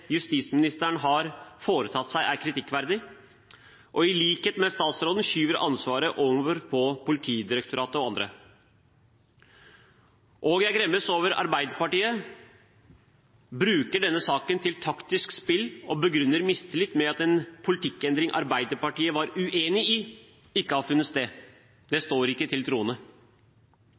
justisministeren har foretatt seg, er kritikkverdig – og i likhet med statsråden skyver ansvaret over på Politidirektoratet og andre. Jeg gremmes over at Arbeiderpartiet bruker denne saken til taktisk spill og begrunner mistillit med at en politikkendring Arbeiderpartiet var uenig i, ikke har funnet sted. Det